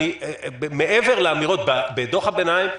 מעבר לאמירות בדוח הביניים,